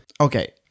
Okay